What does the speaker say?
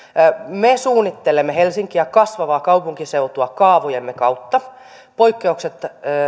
me suunnittelemme helsinkiä kasvavaa kaupunkiseutua kaavojemme kautta poikkeukset